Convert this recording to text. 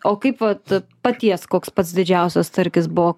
o kaip vat paties koks pats didžiausias starkis buvo